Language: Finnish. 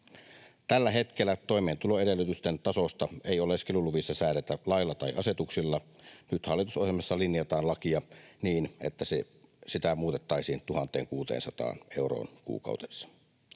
Tällä hetkellä toimeentuloedellytysten tasosta ei oleskeluluvissa säädetä lailla tai asetuksilla. Nyt hallitusohjelmassa linjataan lakia niin, että sitä muutettaisiin 1 600 euroon kuukaudessa.